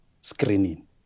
screening